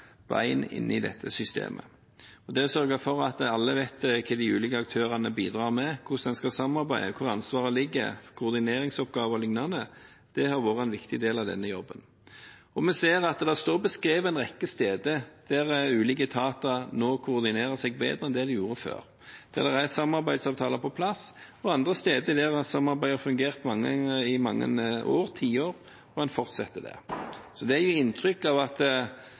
bein inn i dette systemet. Det å sørge for at alle vet hva de ulike aktørene bidrar med, hvordan en skal samarbeide, hvor ansvaret ligger, koordineringsoppgaver o.l., har vært en viktig del av denne jobben. Vi ser at det står beskrevet en rekke steder at ulike etater nå koordinerer bedre enn de gjorde før, der det er samarbeidsavtaler på plass, og andre steder der samarbeidet har fungert i mange tiår og en fortsetter det. Så det å gi inntrykk av at